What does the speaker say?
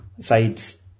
Sides